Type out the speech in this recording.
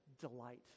delight